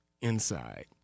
inside